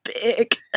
big